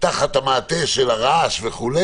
המעטה של הרעש וכו',